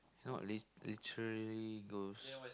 not lit literally ghost